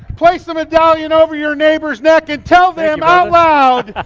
place the medallion over your neighbor's neck and tell them out loud,